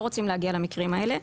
לא רוצים להגיע למקרים האלה,